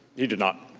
he did not.